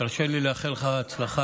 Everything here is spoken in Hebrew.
תרשה לי לאחל לך הצלחה.